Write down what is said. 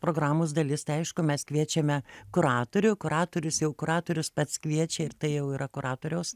programos dalis tai aišku mes kviečiame kuratorių kuratorius jau kuratorius pats kviečia ir tai jau yra kuratoriaus